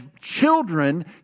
children